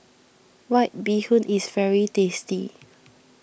White Bee Hoon is very tasty